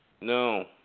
No